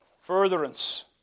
Furtherance